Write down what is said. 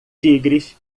tigres